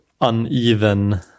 uneven